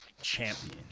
champion